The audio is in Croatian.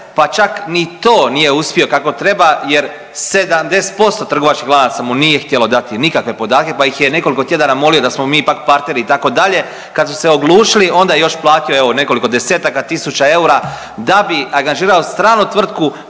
pa čak ni to nije uspio kako treba jer 70% trgovačkih lanaca mu nije htjelo dati nikakve podatke pa ih je nekoliko tjedana molio da smo mi ipak partneri, itd., kad su se oglušili, onda je još platio, evo, nekoliko desetaka tisuća eura da bi angažirao stranu tvrtku